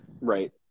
Right